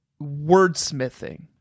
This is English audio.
wordsmithing